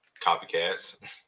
Copycats